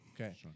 Okay